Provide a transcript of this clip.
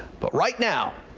but right now.